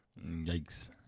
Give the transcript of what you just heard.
Yikes